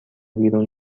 بیرون